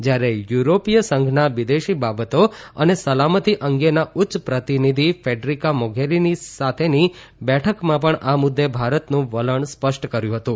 જ્યારે યુરોપીય સંઘના વિદેશી બાબતો અને સલામતી અંગેના ઉચ્ય પ્રતિનિધિ ફેડરીકા મોઘેરીની સાથેની બેઠકમાં પણ આ મુદ્દે ભારતનું વલણ સ્પષ્ટ કર્યું હતુ